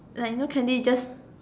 like you know candy just